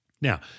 Now